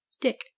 Dick